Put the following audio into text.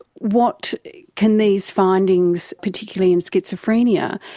what can these findings, particularly in schizophrenia,